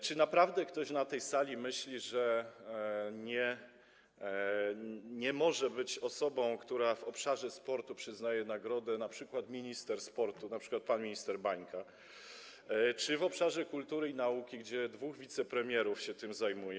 Czy naprawdę ktoś na tej sali myśli, że nie może być osobą, która w obszarze sportu przyznaje nagrody, np. minister sportu, np. pan minister Bańka, czy też w obszarze kultury i nauki, gdzie dwóch wicepremierów się tym zajmuje.